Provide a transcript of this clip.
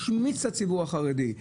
השמיץ את הציבור החרדי,